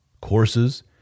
courses